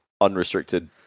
unrestricted